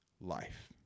life